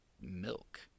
milk